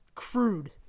crude